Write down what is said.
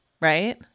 right